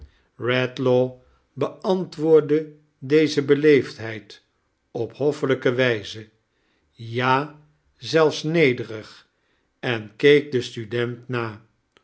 beantwoordde deze beleefdheid op hoffelijke wijze ja zelfs nedrig en keek den student na